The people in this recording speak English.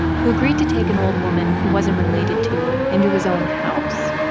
who agreed to take an old woman he wasn't related to into his own house.